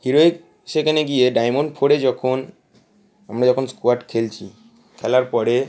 heroic সেখানে গিয়ে diamond ফোরে যখন আমরা যখন স্কোয়াড খেলছি খেলার পরে